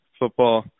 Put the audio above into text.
football